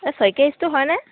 এই শইকীয়া ষ্টোৰ হয়নে